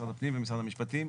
משרד הפנים ומשרד המשפטים.